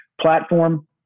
platform